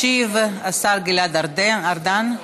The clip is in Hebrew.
ישיב השר גלעד ארדן.